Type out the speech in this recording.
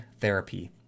therapy